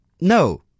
no